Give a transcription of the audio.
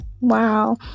Wow